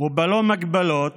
וללא מגבלות